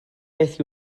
beth